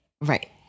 Right